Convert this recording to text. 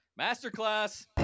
Masterclass